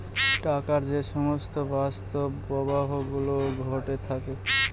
টাকার যে সমস্ত বাস্তব প্রবাহ গুলো ঘটে থাকে